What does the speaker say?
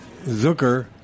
Zucker